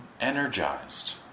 energized